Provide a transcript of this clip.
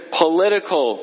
political